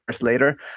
later